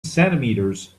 centimeters